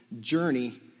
journey